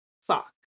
sock